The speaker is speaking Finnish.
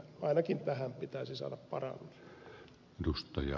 ainakin tähän pitäisi saada parannus